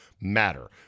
matter